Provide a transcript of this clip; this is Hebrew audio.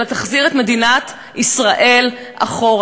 אלא יחזיר את מדינת ישראל אחורה,